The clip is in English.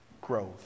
growth